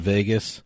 Vegas –